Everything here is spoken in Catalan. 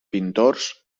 pintors